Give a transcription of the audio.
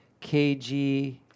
KG